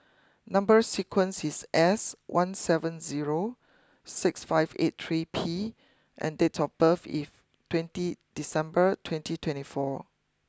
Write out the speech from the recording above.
number sequence is S one seven zero six five eight three P and date of birth if twenty December twenty twenty four